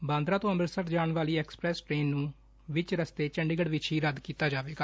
ਬਾਂਦਰਾ ਤੋਂ ਅਮਿਤਸਰ ਜਾਣ ਵਾਲੀ ਐਕਸਪ੍ਰੈਸ ਟੇਨ ਨੂੰ ਵਿੱਚ ਰਸਤੇ ਚੰਡੀਗੜੁ ਵਿੱਚ ਹੀ ਰੱਦ ਕੀਤਾ ਜਾਵੇਗਾ